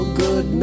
good